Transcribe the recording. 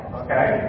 okay